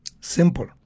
Simple